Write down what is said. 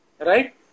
Right